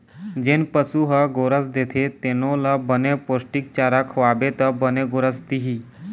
जेन पशु ह गोरस देथे तेनो ल बने पोस्टिक चारा खवाबे त बने गोरस दिही